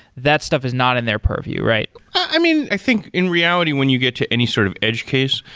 that stuff is not in their purview, right? i mean, i think in reality when you get to any sort of edge case,